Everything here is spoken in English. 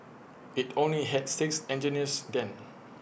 IT only had six engineers then